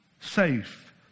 safe